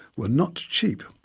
were not cheap.